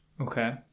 Okay